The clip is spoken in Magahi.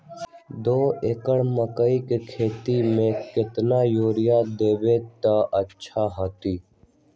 दो एकड़ मकई के खेती म केतना यूरिया देब त अच्छा होतई?